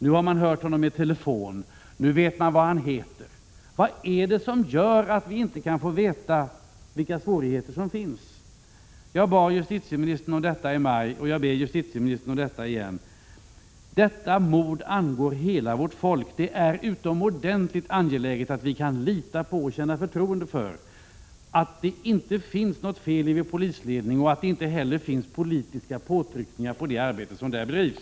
Nu har man hört honom i telefon, nu vet man vad han heter. Vad är det som gör att vi inte kan få veta vilka svårigheter som finns? Jag bad justitieministern om detta i maj, och jag ber honom nu igen. Detta mord angår hela vårt folk. Det är utomordentligt angeläget att vi kan lita på och känna förtroende för att det inte finns något fel i vår polisledning och att det inte heller förekommer politiska påtryckningar på det arbete som där bedrivs.